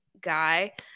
guy